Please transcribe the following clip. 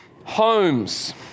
homes